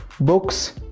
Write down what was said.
books